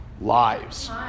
lives